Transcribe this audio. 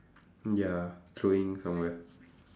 ya throwing somewhere